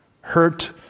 hurt